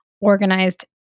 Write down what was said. organized